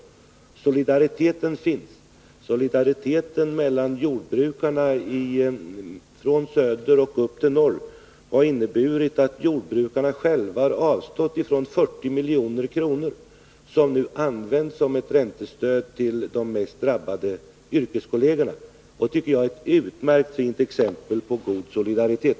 Solidariteten finns. Solidariteten mellan jordbrukarna från söder till norr har inneburit att jordbrukarna har avstått från 40 milj.kr., som nu används som räntestöd till de mest drabbade yrkeskollegerna. Det tycker jag är ett utmärkt exempel på god solidaritet.